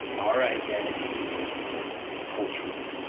our identity culturally.